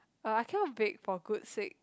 but I cannot bake for good sake